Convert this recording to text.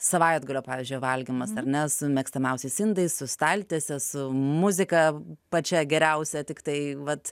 savaitgalio pavyzdžiui valgymas ar ne su mėgstamiausiais indais su staltiese su muzika pačia geriausia tiktai vat